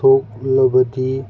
ꯊꯣꯛꯂꯕꯗꯤ